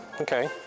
okay